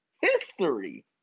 History